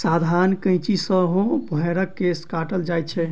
साधारण कैंची सॅ सेहो भेंड़क केश काटल जाइत छै